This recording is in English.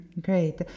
Great